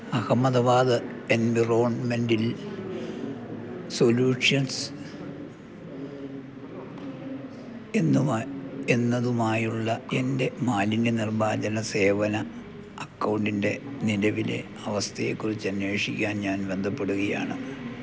അഹമ്മദാബാദ് എൻവിറോൺമെൻറ്റിൽ സൊലൂഷ്യൻസ് എന്നതുമായുള്ള എൻ്റെ മാലിന്യ നിർമ്മാർജ്ജന സേവന അക്കൗണ്ടിൻ്റെ നിലവിലെ അവസ്ഥയെ കുറിച്ചു അന്വേഷിക്കാൻ ഞാൻ ബന്ധപ്പെടുകയാണ്